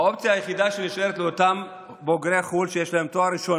האופציה היחידה שנשארת לאותם בוגרי חו"ל שיש להם תואר ראשון